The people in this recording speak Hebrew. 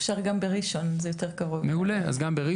גם בראשון לציון,